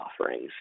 offerings